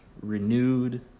renewed